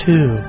Two